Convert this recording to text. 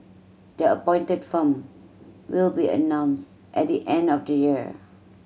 the appointed firm will be announced at the end of the year